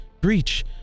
breach